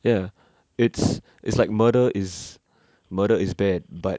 ya it's it's like murder is murder is bad but